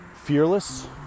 Fearless